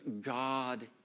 God